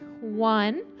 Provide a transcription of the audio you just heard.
One